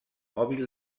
mòbil